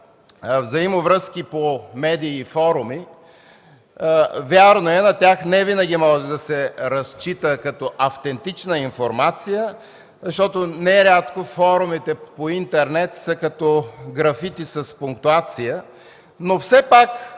взаимовръзки по медии и форуми. Вярно е, на тях невинаги може да се разчита като автентична информация, защото нерядко форумите по интернет са като графити с пунктуация, но все пак